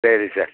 ಸರಿ ಸರ್